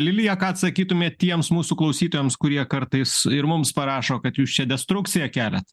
lilija ką atsakytumėt tiems mūsų klausytojams kurie kartais ir mums parašo kad jūs čia destrukciją keliat